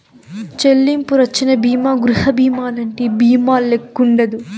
చెల్లింపు రచ్చన బీమా గృహబీమాలంటి బీమాల్లెక్కుండదు